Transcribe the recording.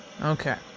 okay